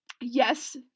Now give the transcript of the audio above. yes